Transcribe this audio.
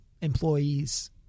employees